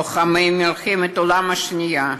לוחמי מלחמת העולם השנייה.